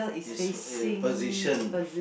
is a position